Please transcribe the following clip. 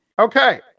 Okay